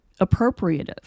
appropriative